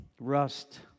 rust